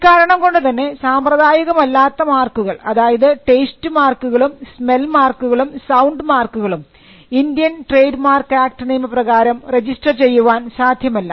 ഇക്കാരണം കൊണ്ടു തന്നെ സാമ്പ്രദായികമല്ലാത്ത മാർക്കുകൾ അതായത് ടേസ്റ്റ് മാർക്കുകളും സ്മെൽ മാർക്കുകളും സൌണ്ട് മാർക്കുകളും ഇന്ത്യൻ ട്രേഡ് മാർക്ക് ആക്ട് നിയമപ്രകാരം രജിസ്റ്റർ ചെയ്യുവാൻ സാധ്യമല്ല